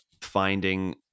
finding